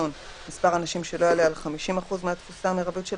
מספר אנשים שלא יעלה על מחצית מהתפוסה המותרת,